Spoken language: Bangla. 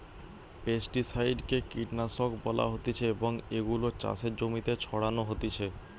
পেস্টিসাইড কে কীটনাশক বলা হতিছে এবং এগুলো চাষের জমিতে ছড়ানো হতিছে